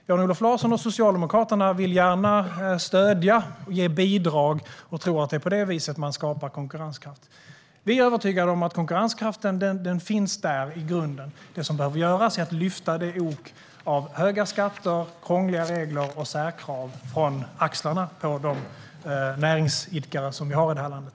Jan-Olof Larsson och Socialdemokraterna vill gärna stödja och ge bidrag och tror att det är på det viset man skapar konkurrenskraft. Vi är övertygade om att konkurrenskraften finns där i grunden. Det som behöver göras är att lyfta det ok av höga skatter, krångliga regler och särkrav från axlarna på de näringsidkare som vi har i landet.